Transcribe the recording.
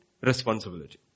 responsibility